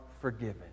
forgiven